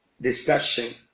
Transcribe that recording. deception